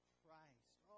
Christ